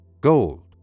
Gold